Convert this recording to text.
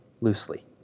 loosely